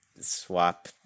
swap